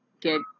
get